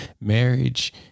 marriage